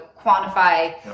quantify